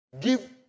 give